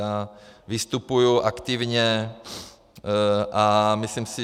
Já vystupuji aktivně a myslím si...